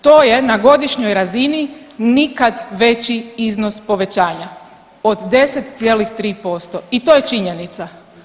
To je na godišnjoj razini nikad veći iznos povećanja od 10,3% i to je činjenica.